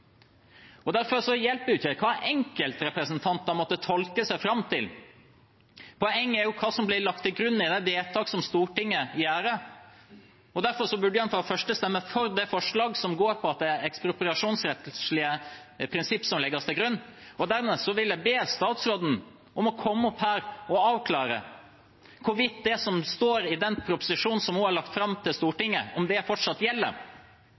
forbudet. Derfor hjelper det ikke hva enkeltrepresentanter måtte tolke seg fram til. Poenget er hva som blir lagt til grunn i de vedtak som Stortinget gjør. Derfor burde en for det første stemme for det forslaget som går på at ekspropriasjonsrettslige prinsipper skal legges til grunn. Dermed vil jeg be statsråden komme opp her og avklare hvorvidt det som står i proposisjonen som hun har lagt fram for Stortinget, fortsatt gjelder,